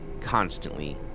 constantly